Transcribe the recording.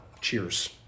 cheers